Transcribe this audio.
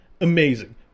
amazing